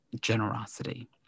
generosity